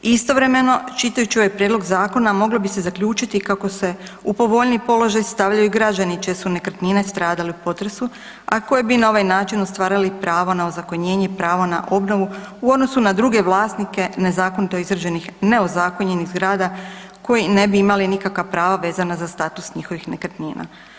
Istovremeno čitajući ovaj prijedlog zakona moglo bi se zaključiti kako se u povoljniji položaj stavljaju građani čije su nekretnine stradale u potresu, a koje bi na ovaj način ostvarili pravo na ozakonjenje i pravo na obnovu u odnosu na druge vlasnike nezakonito izgrađenih neozakonjenih zgrada koji ne bi imali nikakva prava vezana za status njihovih nekretnina.